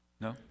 no